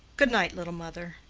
good night, little mother,